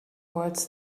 words